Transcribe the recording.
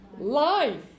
life